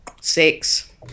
six